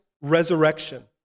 resurrection